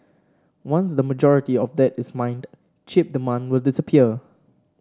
once the majority of that is mined chip demand will disappear